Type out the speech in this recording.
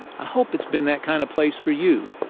i hope it's been that kind of place for you.